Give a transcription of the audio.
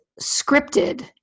scripted